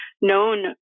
known